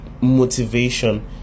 motivation